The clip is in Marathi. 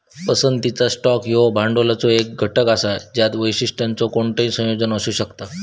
पसंतीचा स्टॉक ह्यो भांडवलाचो एक घटक असा ज्यात वैशिष्ट्यांचो कोणताही संयोजन असू शकता